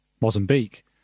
Mozambique